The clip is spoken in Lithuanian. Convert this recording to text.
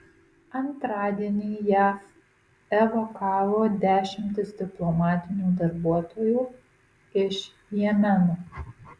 antradienį jav evakavo dešimtis diplomatinių darbuotojų iš jemeno